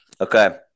Okay